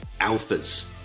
Alphas